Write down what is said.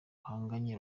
bahanganye